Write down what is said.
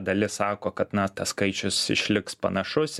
dalis sako kad na tas skaičius išliks panašus